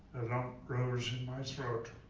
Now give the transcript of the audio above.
lump rose in my throat.